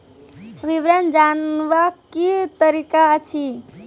विवरण जानवाक की तरीका अछि?